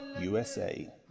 USA